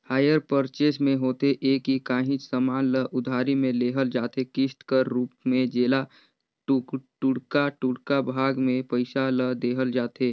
hire purchase में होथे ए कि काहींच समान ल उधारी में लेहल जाथे किस्त कर रूप में जेला टुड़का टुड़का भाग में पइसा ल देहल जाथे